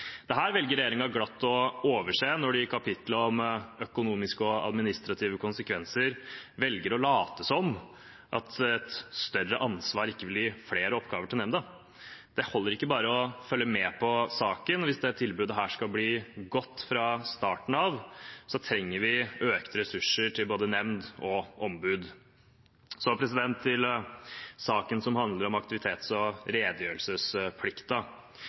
Det velger regjeringen glatt å overse når de i kapittelet om økonomiske og administrative konsekvenser velger å late som om et større ansvar ikke vil gi flere oppgaver til nemnda. Det holder ikke bare å følge med på saken. Hvis tilbudet skal bli godt fra starten av, trenger vi økte ressurser til både nemnd og ombud. Så til saken om aktivitets- og